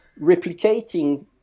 replicating